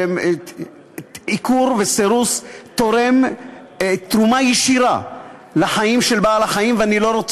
עיקור וסירוס תורמים תרומה ישירה לחיים של בעל-החיים,